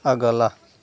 अगला